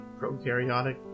prokaryotic